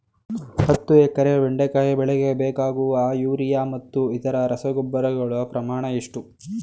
ಹತ್ತು ಎಕರೆ ಬೆಂಡೆಕಾಯಿ ಬೆಳೆಗೆ ಬೇಕಾಗುವ ಯೂರಿಯಾ ಮತ್ತು ಇತರೆ ರಸಗೊಬ್ಬರಗಳ ಪ್ರಮಾಣ ಎಷ್ಟು?